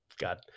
got